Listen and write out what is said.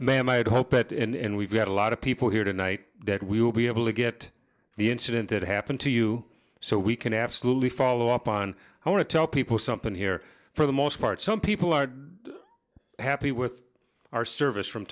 had hoped at and we've had a lot of people here tonight that we will be able to get the incident that happened to you so we can absolutely follow up on i want to tell people something here for the most part some people are happy with our service from